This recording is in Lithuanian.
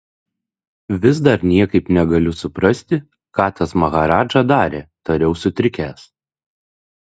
vis dar niekaip negaliu suprasti ką tas maharadža darė tariau sutrikęs